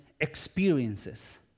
experiences